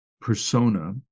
persona